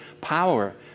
power